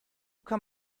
kann